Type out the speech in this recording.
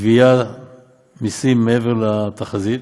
גביית מיסים מעבר לתחזית,